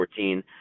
2014